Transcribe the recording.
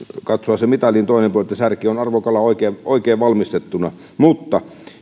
katsoa se mitalin toinen puoli se että särki on arvokala oikein oikein valmistettuna mutta